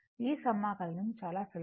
ఈ సమాకలనం చేయడం చాలా సులభం